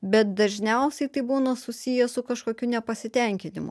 bet dažniausiai tai būna susiję su kažkokiu nepasitenkinimu